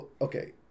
Okay